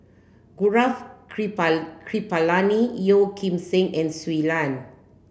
Gaurav Kripalani Yeo Kim Seng and Shui Lan